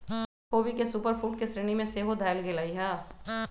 ख़ोबी के super food के श्रेणी में सेहो धयल गेलइ ह